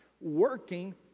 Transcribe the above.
working